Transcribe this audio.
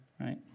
right